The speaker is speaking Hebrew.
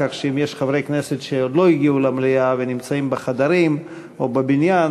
כך שאם יש חברי כנסת שעוד לא הגיעו למליאה ונמצאים בחדרים או בבניין,